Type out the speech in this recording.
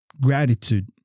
Gratitude